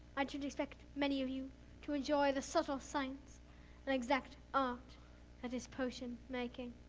i don't expect many of you to enjoy the subtle science and exact art that is potion making.